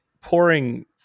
pouring